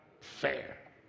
fair